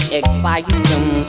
exciting